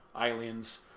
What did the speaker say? Aliens